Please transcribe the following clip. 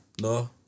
No